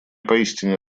поистине